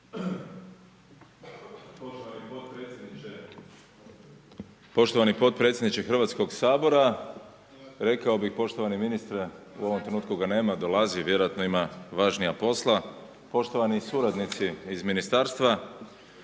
Poštovani potpredsjedniče Hrvatskoga sabora. Rekao bih poštovani ministre, u ovom trenutku ga nema, dolazi, vjerojatno ima važnija posla, poštovani suradnici iz ministarstva.